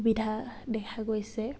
সুবিধা দেখা গৈছে